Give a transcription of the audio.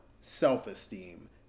self-esteem